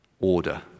order